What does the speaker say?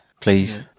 Please